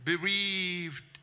bereaved